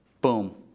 boom